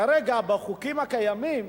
כרגע, בחוקים הקיימים,